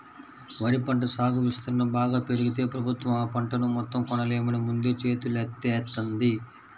వరి పంట సాగు విస్తీర్ణం బాగా పెరిగితే ప్రభుత్వం ఆ పంటను మొత్తం కొనలేమని ముందే చేతులెత్తేత్తంది